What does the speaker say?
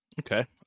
Okay